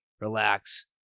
relax